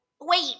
Wait